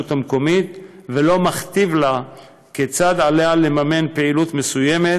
המקומית ולא מכתיב לה כיצד עליה לממן פעילות מסוימת